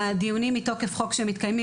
אנחנו שותפים לדיונים שמתקיים מתוקף חוק בפילוח